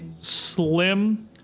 slim